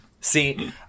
See